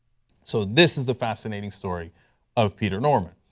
so this is the fascinating story of peter norman.